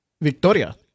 Victoria